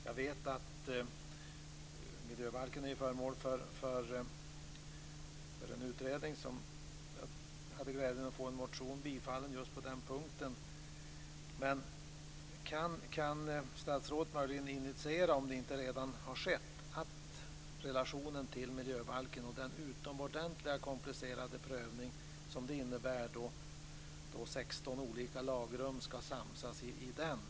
Jag vet att miljöbalken är föremål för en utredning, och jag hade glädjen att få en motion bifallen just på den punkten. Men kan statsrådet möjligen initiera, om det inte redan har skett, att utredningen beaktar miljöfrågorna och relationen till miljöbalken och den utomordentligt komplicerade prövning som det innebär då 16 olika lagrum ska samsas i den?